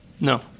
no